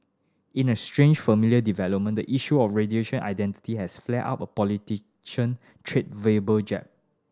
in a strange familiar development the issue of identity has flared up politician traded verbal jab